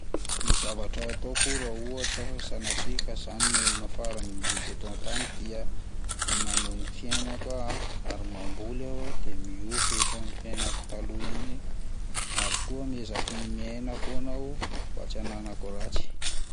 Ny zavatra ataoko raha ohatra sanatria ka zah ny olona farany indrindra eto an-tany dia manohy ny fiainako ah, ary mamboly aho de mimopy ohatry ny fiainako taloha ihany ary koa mihezaky ny miaina foana aho mba tsy ananako ratsy.